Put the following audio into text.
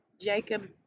Jacob